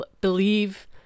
believe